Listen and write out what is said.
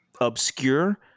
obscure